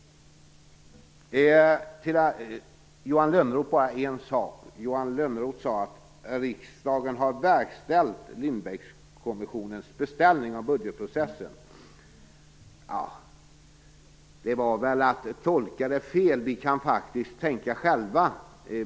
Till Johan Lönnroth vill jag bara säga en sak. Han sade att riksdagen har verkställt Lindbeckskommissionens beställning av budgetprocessen. Det är väl att tolka det fel. Vi kan faktiskt tänka själva.